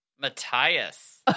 Matthias